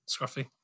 scruffy